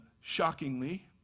shockingly